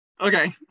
Okay